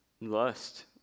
lust